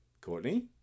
Courtney